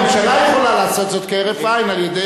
הממשלה יכולה לעשות זאת כהרף עין על-ידי